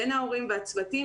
בין ההורים והצוותים,